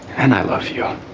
and i love you.